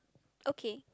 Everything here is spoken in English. okay